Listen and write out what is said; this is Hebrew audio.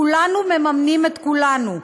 כולנו מממנים את כולנו,